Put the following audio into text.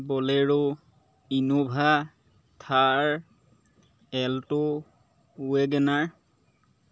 bolero Innova Thar alto WagonR